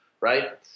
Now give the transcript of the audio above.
right